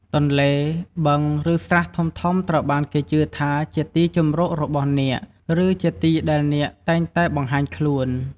ទន្លេ បឹង ឬស្រះធំៗ ត្រូវបានគេជឿថាជាទីជម្រករបស់នាគ ឬជាទីដែលនាគតែងតែបង្ហាញខ្លួន។